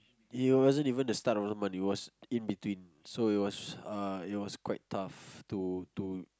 it wasn't even the start of the month it was in between so it was uh it was quite tough to to